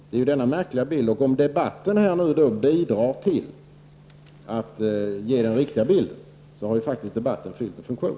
Om denna debatt bidrar till att ge en riktig bild av situationen, då har den faktiskt fyllt en funktion.